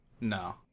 No